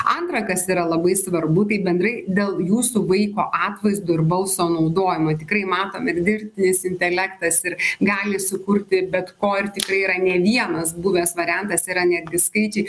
antra kas yra labai svarbu tai bendrai dėl jūsų vaiko atvaizdo ir balso naudojimo tikrai matom ir dirbtinis intelektas ir gali sukurti bet ko ir tikrai yra ne vienas buvęs variantas yra netgi skaičiai